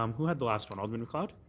um who had the last one, ald macleod?